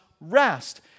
rest